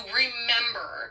remember